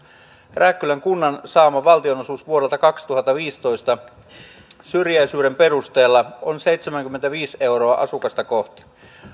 rääkkylän kunnan saama valtionosuus vuodelta kaksituhattaviisitoista syrjäisyyden perusteella on seitsemänkymmentäviisi euroa asukasta kohti